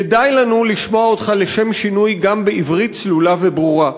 כדאי לנו לשמוע אותך לשם שינוי גם בעברית צלולה וברורה,